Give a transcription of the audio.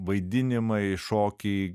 vaidinimai šokiai